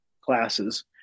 classes